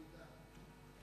9 בחודש יוני 2009 למניינם.